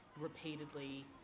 repeatedly